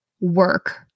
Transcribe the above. work